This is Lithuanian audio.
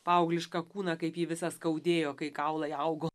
paauglišką kūną kaip jį visą skaudėjo kai kaulai augo